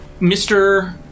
Mr